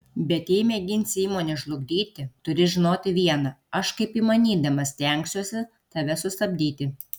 bet jei mėginsi įmonę žlugdyti turi žinoti viena aš kaip įmanydamas stengsiuosi tave sustabdyti